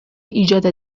ایجاد